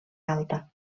alta